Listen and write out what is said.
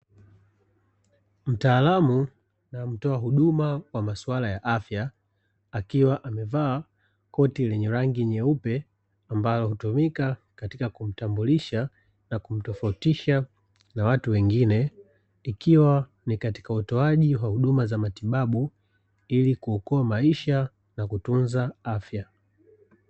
Mtaalamu na mtoa huduma kwa maswala ya afya, akiwa amevaa koti lenye rangi nyeupe ambalo hutumika katika kumtambulisha na kumtofautisha na watu wengine, ikiwa ni katika utoaji wa huduma za matibabu ili kuokoa maisha na kutunza afya.